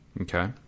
Okay